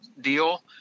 deal